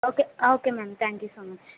okay okay ma'am thank you so much